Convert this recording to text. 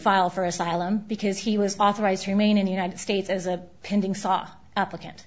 file for asylum because he was authorized to remain in the united states as a pending soft applicant